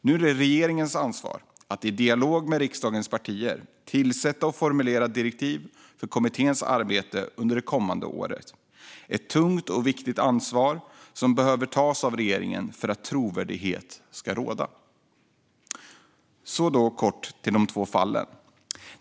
Nu är det regeringens ansvar att i dialog med riksdagens partier tillsätta en kommission och formulera direktiv för dess arbete under det kommande året. Det är ett tungt och viktigt ansvar som behöver tas av regeringen för att trovärdighet ska råda. Jag ska då kort tala om de två fallen.